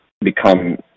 become